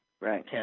Right